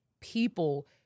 people